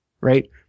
right